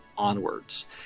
onwards